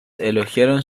elogiaron